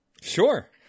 sure